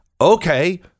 Okay